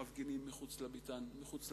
שמפגינים מחוץ למשכן.